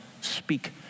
speak